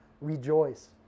rejoice